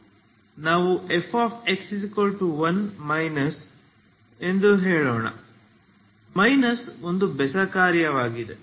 ನಾವು Fx1 minus ಎಂದು ಹೇಳೋಣ ಮೈನಸ್ ಒಂದು ಬೆಸ ಕಾರ್ಯವಾಗಿದೆ